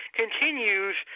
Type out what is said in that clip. continues